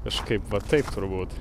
kažkaip va taip turbūt